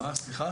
מה "לא נכון"?